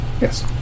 Yes